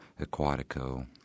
Aquatico